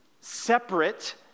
separate